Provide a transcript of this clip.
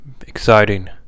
Exciting